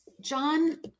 John